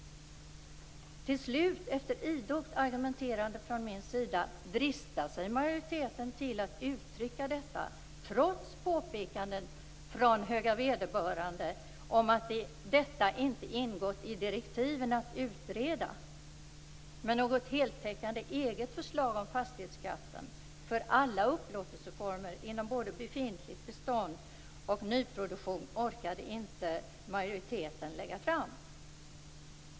Till slut, efter idogt argumenterande från min sida, dristade sig majoriteten till att uttrycka detta, trots påpekanden från höga vederbörande om att detta inte ingått i direktiven att utreda. Något heltäckande eget förslag om fastighetsskatten för alla upplåtelseformer inom både befintligt bestånd och nyproduktion orkade majoriteten ändå inte lägga fram.